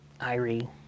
Irie